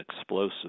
explosive